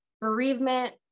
bereavement